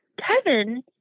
Kevin